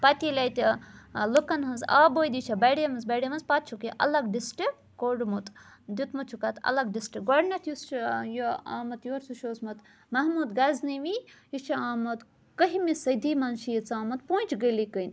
پَتہٕ ییٚلہِ اَتہِ ٲں لوکَن ہٕنٛز آبٲدی چھِ بَڑیمٕژ بَڑیمٕژ پَتہٕ چھُکھ یہِ اَلگ ڈِسٹِرٛک کوٚڑمُت دیُتمُت چھُکھ اَتھ الگ ڈِسٹِرٛک گۄڈٕنٮ۪تھ یُس چھُ ٲں یہِ آمُت یور سُہ چھُ اوسمُت محموٗد غزنَوی یہِ چھُ آمُت کٔہمہِ صدی منٛز چھُ یہِ ژامُت پونٛچھ گٔلی کٕنۍ